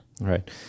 Right